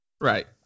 Right